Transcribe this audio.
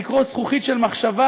תקרות זכוכית של מחשבה,